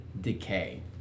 decay